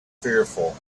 fearful